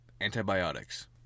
antibiotics